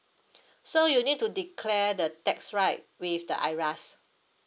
so you need to declare the tax right with the IRAS